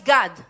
God